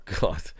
god